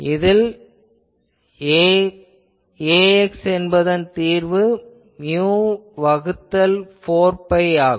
இதில் Ax என்பதன் தீர்வு மியு வகுத்தல் 4 பை ஆகும்